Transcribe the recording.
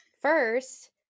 first